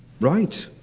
right,